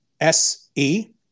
SE